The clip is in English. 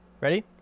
Ready